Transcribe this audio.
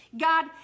God